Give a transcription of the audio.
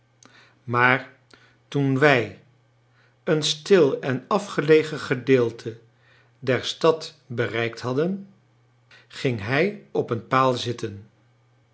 maar toen wij een stil en afgelegen gedeelte der stad bereikt hadden ging hij op een paal zitten